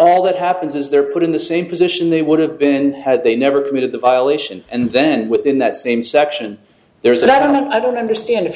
all that happens is they're put in the same position they would have been had they never committed the violation and then within that same section there is a doubt and i don't understand if